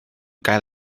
gael